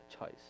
choice